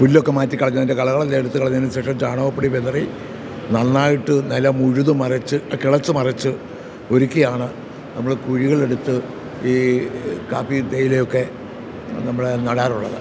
പുല്ലൊക്കെ മാറ്റിക്കളഞ്ഞതിൻ്റെ കളകളെല്ലാം എടുത്തുകളഞ്ഞതിനുശേഷം ചാണകപ്പൊടി വിതറി നന്നായിട്ട് നിലം ഉഴുതുമറിച്ച് കിളച്ച് മറിച്ച് ഒരുക്കിയാണ് നമ്മൾ കുഴികളെടുത്ത് ഈ കാപ്പി തേയിലയൊക്കെ നമ്മൾ നടാറുള്ളത്